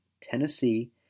Tennessee